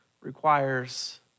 requires